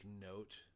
note